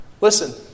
Listen